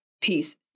peace